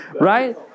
Right